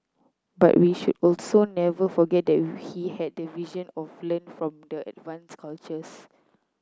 but we should also never forget that he had the vision of learn from the advanced cultures